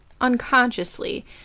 unconsciously